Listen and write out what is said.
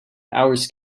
hours